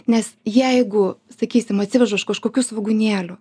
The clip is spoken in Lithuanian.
nes jeigu sakysim atsivežu aš kažkokių svogūnėlių